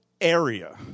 Area